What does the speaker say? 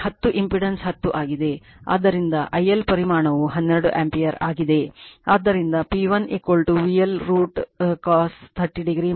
ಆದ್ದರಿಂದ IL ಪರಿಮಾಣವು 12 ampere ಆಗಿದೆ